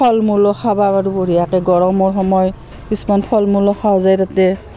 ফল মূলো খাবা পাৰোঁ বঢ়িয়াকৈ গৰমৰ সময় কিছুমান ফল মূলো খাৱা যায় তাতে